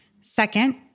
Second